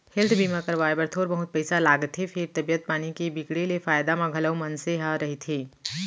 health बीमा करवाए बर थोर बहुत पइसा लागथे फेर तबीयत पानी के बिगड़े ले फायदा म घलौ मनसे ह रहिथे